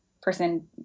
person